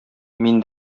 мин